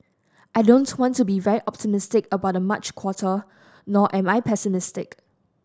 I don't want to be very optimistic about the March quarter nor am I pessimistic